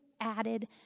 added